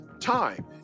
time